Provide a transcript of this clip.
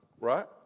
right